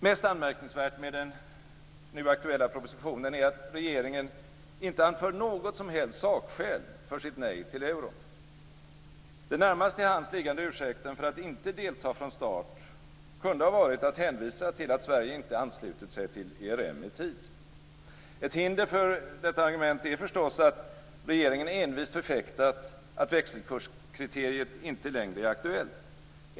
Mest anmärkningsvärt med den nu aktuella propositionen är att regeringen inte anför något som helst sakskäl för sitt nej till euron. Den närmast till hands liggande ursäkten för att inte delta från start kunde ha varit att hänvisa till att Sverige inte anslutit sig till ERM i tid. Ett hinder för detta argument är förstås att regeringen envist förfäktat att växelkurskriteriet inte längre är aktuellt.